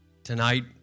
Tonight